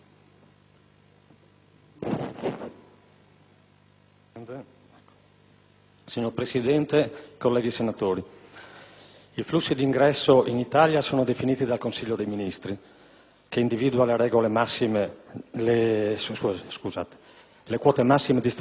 Signor Presidente, colleghi senatori, i flussi d'ingresso in Italia sono definiti dal Consiglio dei ministri, che individua le quote massime di stranieri da ammettere nel territorio dello Stato per lavoro.